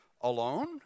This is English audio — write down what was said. alone